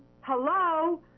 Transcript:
Hello